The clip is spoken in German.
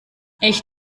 ich